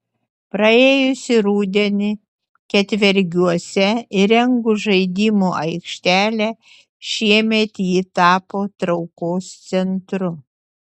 praėjusį rudenį ketvergiuose įrengus žaidimų aikštelę šiemet ji tapo traukos centru